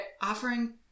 offering